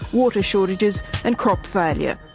water shortages and crop failure.